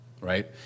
right